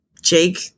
Jake